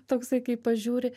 toksai kai pažiūri